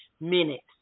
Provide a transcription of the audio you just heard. minutes